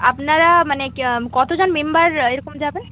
আপনারা মানে কতজন মেম্বার এরকম যাবে